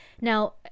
Now